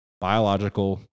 biological